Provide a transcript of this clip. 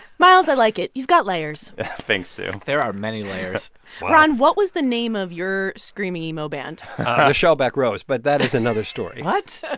miles, i like it. you've got layers thanks, sue there are many layers wow ron, what was the name of your screaming emo band? the shellback rose. but that is another story what?